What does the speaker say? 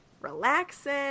relaxing